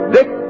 Dick